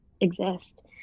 exist